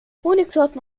honigsorten